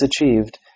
achieved